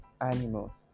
animals